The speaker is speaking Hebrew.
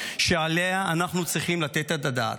שעליה אנחנו צריכים לתת את הדעת.